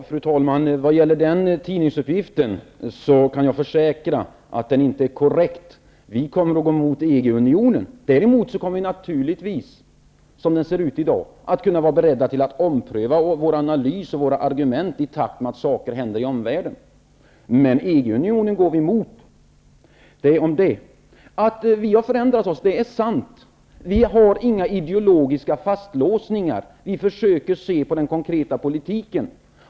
Fru talman! Vad gäller tidningsuppgiften kan jag försäkra att den inte är korrekt. Vi kommer att gå emot EG-unionen. Däremot kommer vi naturligtvis, som det ser ut i dag, att vara beredda att ompröva vår analys och våra argument i takt med att saker och ting händer i omvärlden. Men EG-unionen går vi emot. Det om detta. Att vi har förändrat oss är sant. Vi har inga ideologiska fastlåsningar, utan vi försöker se på den konkreta politiken.